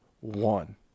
one